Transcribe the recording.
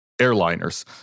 airliners